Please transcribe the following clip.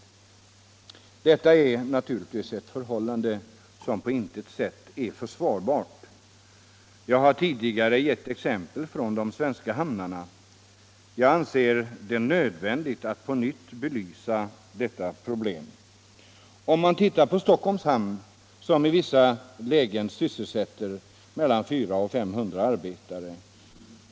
Detta är naturligtvis ett förhållande som på intet sätt är försvarbart. Jag har tidigare givit exempel från de svenska hamnarna. Jag anser det nödvändigt att på nytt belysa detta problem. Om man tittar på Stockholms hamn som i vissa lägen sysselsätter mellan 400 och 500 arbetare.